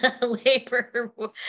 labor